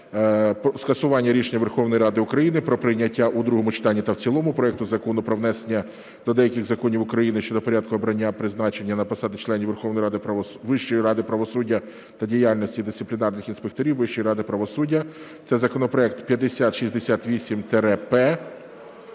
скасування рішення Верховної Ради України про прийняття у другому читанні та в цілому проекту Закону "Про внесення до деяких законів України щодо порядку обрання (призначення) на посади членів Вищої ради правосуддя та діяльності дисциплінарних інспекторів Вищої ради правосуддя" (це законопроект 5068-П,